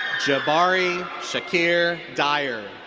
jabari shakir dyer.